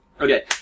Okay